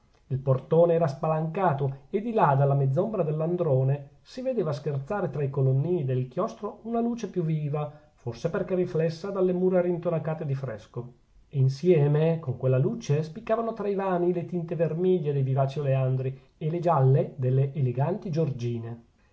il portone era spalancato e di là dalla mezz'ombra dell'androne si vedeva scherzare tra i colonnini del chiostro una luce più viva forse perchè riflessa dalle mura rintonacate di fresco e insieme con quella luce spiccavano tra i vani le tinte vermiglie dei vivaci oleandri e le gialle delle eleganti giorgine